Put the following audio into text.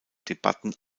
debatten